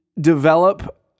develop